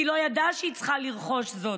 כי היא לא ידעה שהיא צריכה לרכוש זאת.